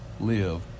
live